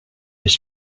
his